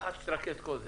אחת שתרכז את כל זה.